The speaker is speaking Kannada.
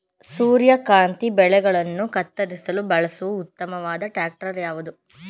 ಸೂರ್ಯಕಾಂತಿ ಬೆಳೆಗಳನ್ನು ಕತ್ತರಿಸಲು ಬಳಸುವ ಉತ್ತಮವಾದ ಟ್ರಾಕ್ಟರ್ ಯಾವುದು?